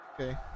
okay